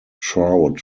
trout